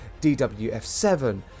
DWF7